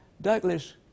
Douglas